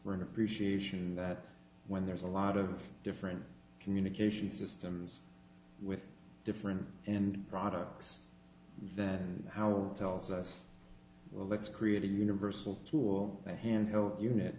an appreciation that when there's a lot of different communication systems with different and products then the house tells us well let's create a universal tool a handheld unit